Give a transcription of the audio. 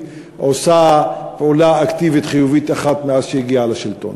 עושה פעולה אקטיבית חיובית אחת מאז שהגיעה לשלטון.